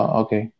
okay